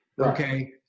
Okay